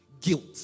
guilt